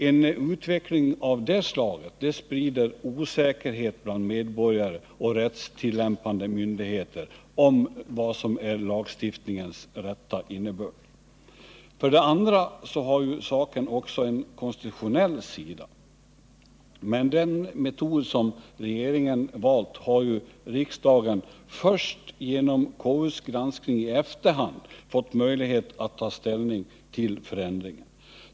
En utveckling av det slaget sprider osäkerhet bland medborgare och rättstillämpande myndigheter om lagstiftningens innebörd. För det andra har saken också en konstitutionell sida. Med den metod som regeringen valt har riksdagen först genom konstitutionsutskottets granskning i efterhand fått möjlighet att ta ställning till förändringen.